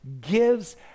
gives